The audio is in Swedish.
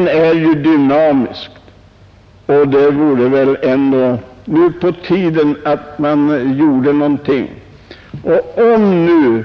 Vi lever i en dynamisk tid, och det vore väl ändå nu dags att man gjorde någonting i detta avseende. Om